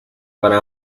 para